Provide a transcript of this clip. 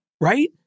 right